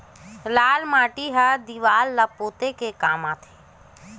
लाल रंग के माटी ह का काम आथे?